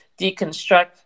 deconstruct